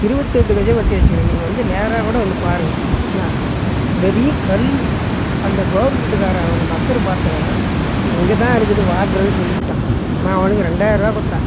இருபத்தெட்டு கெஜம் வெட்டி வச்சிக்குறேன் நீங்கள் வந்து நேராக கூட வந்து பாருங்க என்ன நிறைய கல்லு அந்த கவுர்மெண்ட்டுக்காரன் வந்து மக்கரு பார்த்தவன் என்ன இங்கே தான் இருக்குது வாட்ருனு சொல்லிப்புட்டான் நான் அவனுக்கு ரெண்டாயிர்ரூபா கொடுத்தேன்